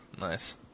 nice